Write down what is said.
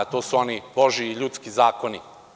To su oni božiji i ljudski zakoni.